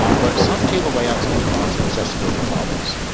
um but some table layouts can cause accessibility problems.